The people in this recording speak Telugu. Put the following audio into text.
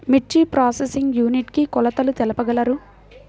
మిర్చి ప్రోసెసింగ్ యూనిట్ కి కొలతలు తెలుపగలరు?